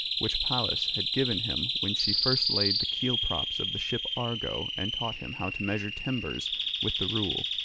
which pallas had given him when she first laid the keel-props of the ship argo and taught him how to measure timbers with the rule.